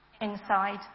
inside